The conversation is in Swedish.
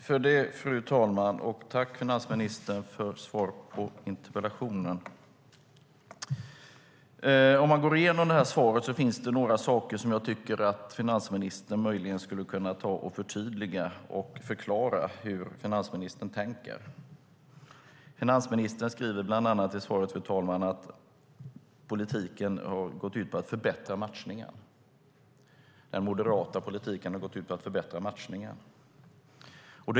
Fru talman! Tack, finansministern, för svar på interpellationen! När jag går igenom svaret finns det några saker som jag tycker att finansministern möjligen skulle kunna förtydliga. Finansministern skulle kunna förklara hur han tänker. Finansministern skriver bland annat i svaret, fru talman, att politiken har gått ut på att förbättra matchningen. Den moderata politiken har gått ut på att förbättra matchningen.